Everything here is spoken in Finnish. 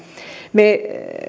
me